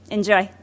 Enjoy